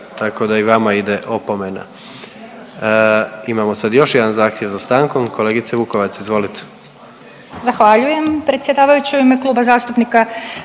tako da i vama ide opomena. Imamo sad još jedan zahtjev za stankom, kolegice Vukovac izvolite.